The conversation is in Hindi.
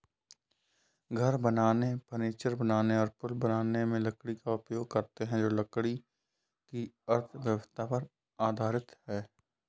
घर बनाने, फर्नीचर बनाने और पुल बनाने में लकड़ी का उपयोग करते हैं जो लकड़ी की अर्थव्यवस्था पर आधारित है